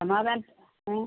സമാധാനത്തിൽ ആ